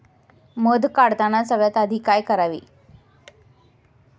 मध काढताना सगळ्यात आधी काय करावे?